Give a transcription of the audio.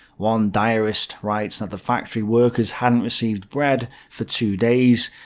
one diariest writes that the factory workers hadn't received bread for two days,